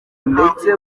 ndetse